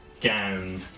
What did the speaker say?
gown